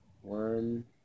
One